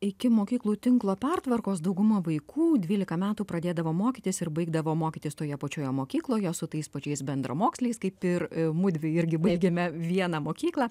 iki mokyklų tinklo pertvarkos dauguma vaikų dvylika metų pradėdavo mokytis ir baigdavo mokytis toje pačioje mokykloje su tais pačiais bendramoksliais kaip ir mudvi irgi baigėme vieną mokyklą